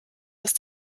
ist